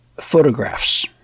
Photographs